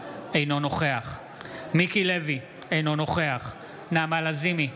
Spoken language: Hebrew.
אינו נוכח מיקי לוי, אינו נוכח נעמה לזימי,